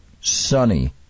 sunny